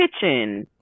kitchen